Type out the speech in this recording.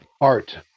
art